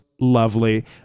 lovely